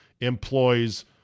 employs